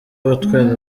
abatwara